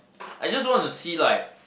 I just want to see like